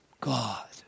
God